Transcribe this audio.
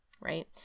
right